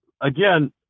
again